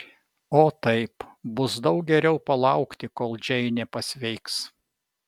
o taip bus daug geriau palaukti kol džeinė pasveiks